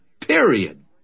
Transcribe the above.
period